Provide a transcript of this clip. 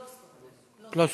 פלוסקוב.